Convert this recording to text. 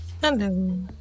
Hello